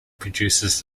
produces